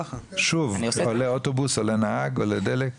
שוב, האוטובוס עולה, הנהג עולה, הדלק עולה.